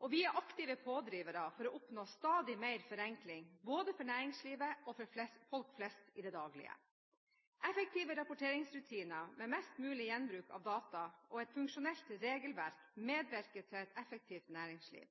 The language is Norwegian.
og vi er aktive pådrivere for å oppnå stadig mer forenkling både for næringslivet og for folk flest i det daglige. Effektive rapporteringsrutiner med mest mulig gjenbruk av data og et funksjonelt regelverk medvirker til et effektivt næringsliv.